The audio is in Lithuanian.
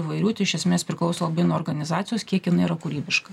įvairių tai iš esmės priklauso nuo organizacijos kiek jinai yra kūrybiška